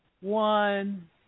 one